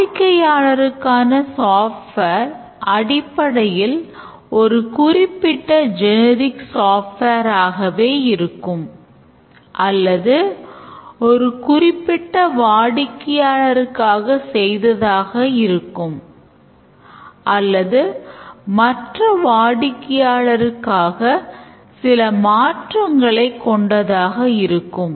வாடிக்கையாளரருக்கான software ஆகவே இருக்கும் அல்லது ஒரு குறிப்பிட்ட வாடிக்கையாளருக்காக செய்ததாக இருக்கும் அல்லது மற்ற வாடிக்கையாளர்களுக்காக சில மாற்றங்களை கொண்டதாக இருக்கும்